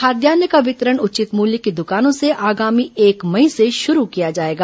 खाद्यान्न का वितरण उचित मूल्य की दुकानों से आगामी एक मई से शुरू किया जाएगा